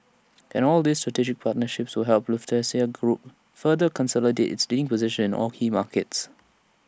and all these strategic partnerships will help Lufthansa group further consolidate its leading position all key markets